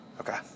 okay